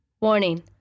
Warning